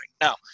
Now